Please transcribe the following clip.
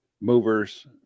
movers